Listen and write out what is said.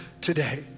today